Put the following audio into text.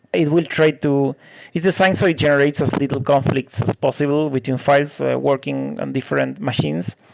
it will try to it's designed so it generates as little conflicts as possible between files working on different machines.